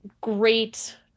great